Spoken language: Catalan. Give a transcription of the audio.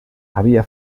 havia